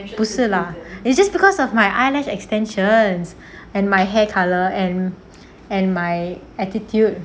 不是 lah it's just because of my eyelash extensions and my hair colour and and my attitude